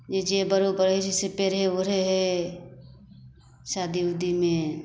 जे जे बड़ो पहिरै छै से पहिरै ओढ़ै हइ शादी उदीमे